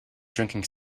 drinking